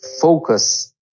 focus